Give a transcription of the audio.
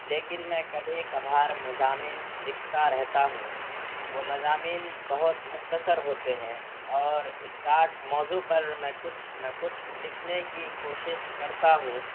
لیکن میں کبھی کبھار مضامین لکھتا رہتا ہوں وہ مضامین بہت مختصر ہوتے ہیں اور اسٹارٹ موضوع پر میں کچھ نہ کچھ لکھنے کی کوشش کرتا ہوں